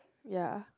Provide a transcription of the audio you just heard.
ya